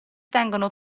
tengono